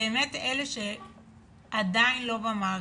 באמת אלה שעדיין לא במערכת,